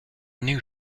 new